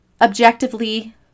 objectively